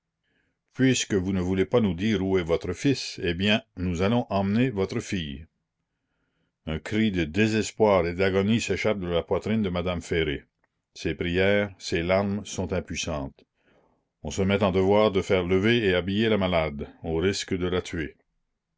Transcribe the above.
puisque vous ne voulez pas nous dire où est votre fils eh bien nous allons emmener votre fille un cri de désespoir et d'agonie s'échappe de la poitrine de madame ferré ses prières ses larmes sont impuissantes on se met en devoir de faire lever et habiller la malade au risque de la tuer